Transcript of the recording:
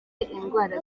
indwara